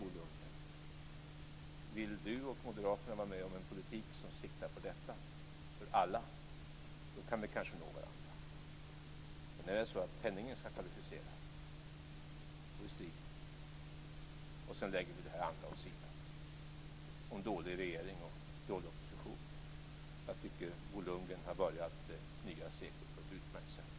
Om Bo Lundgren och Moderaterna vill vara med om en politik som siktar på detta för alla kan vi kanske nå varandra, men om penningen ska kvalificera blir det en strid. Sedan kan vi lägga dålig regering och dålig opposition åt sidan. Bo Lundgren har börjat det nya seklet på ett utmärkt sätt.